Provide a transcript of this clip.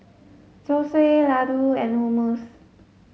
Zosui Ladoo and Hummus